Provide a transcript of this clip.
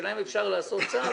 השאלה אם אפשר לעשות צו